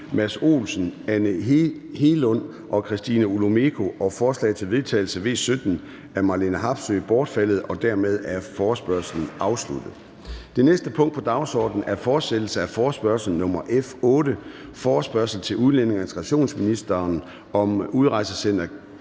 Mads Olsen (SF), Anne Hegelund (EL) og Christina Olumeko (ALT) og forslag til vedtagelse nr. V 17 af Marlene Harpsøe (DD) bortfaldet. Dermed er forespørgslen afsluttet. --- Det næste punkt på dagsordenen er: 3) Fortsættelse af forespørgsel nr. F 8 [afstemning]: Forespørgsel til udlændinge- og integrationsministeren om Udrejsecenter